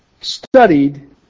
studied